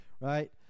right